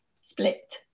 split